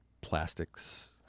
plastics